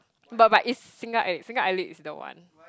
but but is single eyelid single eyelid is the one